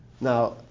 Now